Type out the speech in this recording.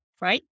right